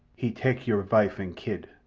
he tak your vife and kid.